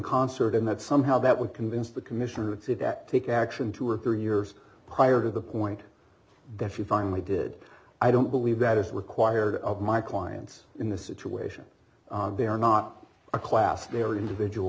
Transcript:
concert and that somehow that would convince the commissioner to take action two or three years prior to the point that she finally did i don't believe that is required of my clients in this situation they are not a class they are individual